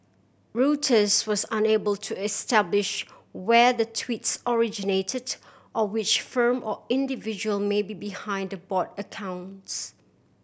Reuters was unable to establish where the tweets originated or which firm or individual may be behind the bot accounts